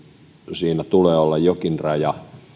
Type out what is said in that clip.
siinä tulee olla jokin raja